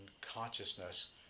consciousness